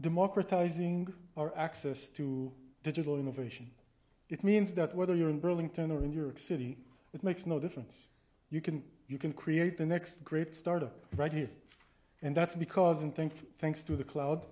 democratizing our access to digital innovation it means that whether you're in burlington or in your city it makes no difference you can you can create the next great starter right here and that's because and think thanks to the cloud